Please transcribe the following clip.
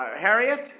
Harriet